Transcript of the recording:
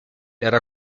era